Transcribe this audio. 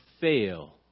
fail